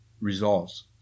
results